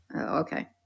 Okay